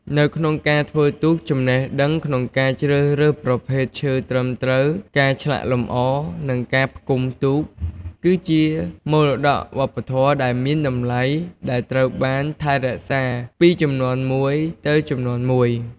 នៅក្នុងការធ្វើទូក ចំណេះដឹងក្នុងការជ្រើសរើសប្រភេទឈើត្រឹមត្រូវ ការឆ្លាក់លម្អ និងការផ្គុំទូក គឺជាមរតកវប្បធម៌ដ៏មានតម្លៃដែលត្រូវបានថែរក្សាពីជំនាន់មួយទៅជំនាន់មួយ។